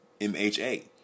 MHA